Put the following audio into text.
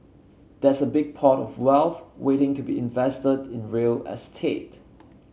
there's a big pot of wealth waiting to be invested in real estate